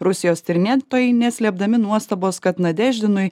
rusijos tyrinėtojai neslėpdami nuostabos kad nadeždinui